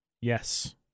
Yes